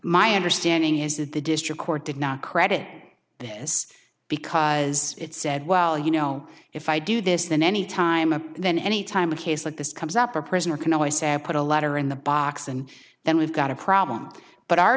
my understanding is that the district court did not credit this because it said well you know if i do this than any time and then anytime a case like this comes up for a prisoner can i say put a letter in the box and then we've got a problem but our